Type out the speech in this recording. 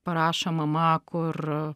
parašo mama kur